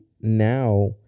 now